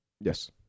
Yes